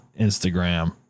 Instagram